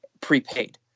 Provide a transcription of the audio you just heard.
prepaid